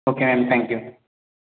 okay ma'am thank you